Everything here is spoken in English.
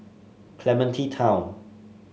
Clementi Town